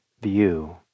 view